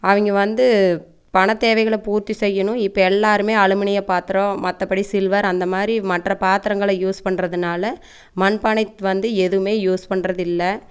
அவங்க வந்து பணத்தேவைகளை பூர்த்தி செய்யணும் இப்போ எல்லாருமே அலுமினிய பாத்திரம் மற்றபடி சில்வர் அந்தமாதிரி மற்ற பாத்திரங்கள யூஸ் பண்ணுறதுனால மண் பானை வந்து எதுவுமே யூஸ் பண்ணுறதில்ல